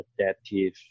adaptive